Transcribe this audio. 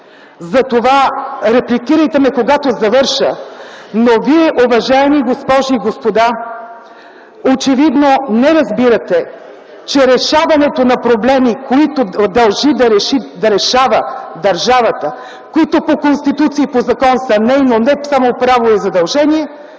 Затова репликирайте ме, когато завърша. Но вие, уважаеми госпожи и господа, очевидно не разбирате, че решаването на проблеми, които дължи да решава държавата, които по Конституция и по закон са нейно не само право, а и задължение,